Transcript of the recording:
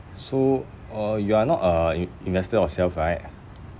so uh you are not a i~ investor yourself right